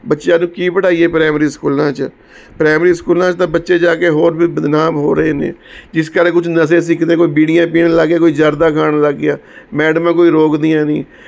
ਬੱਚਿਆਂ ਨੂੰ ਕੀ ਪੜ੍ਹਾਈਏ ਪ੍ਰਾਇਮਰੀ ਸਕੂਲਾਂ 'ਚ ਪ੍ਰਾਇਮਰੀ ਸਕੂਲਾਂ 'ਚ ਤਾਂ ਬੱਚੇ ਜਾ ਕੇ ਹੋਰ ਵੀ ਬਦਨਾਮ ਹੋ ਰਹੇ ਨੇ ਜਿਸ ਕਰਕੇ ਕੁਝ ਨਸ਼ੇ ਸਿੱਖਦੇ ਕੋਈ ਬੀੜੀਆਂ ਪੀਣ ਲੱਗ ਗਏ ਕੋਈ ਜ਼ਰਦਾ ਖਾਣ ਲੱਗ ਗਿਆ ਮੈਡਮਾਂ ਕੋਈ ਰੋਕਦੀਆਂ ਨਹੀਂ